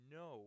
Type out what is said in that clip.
no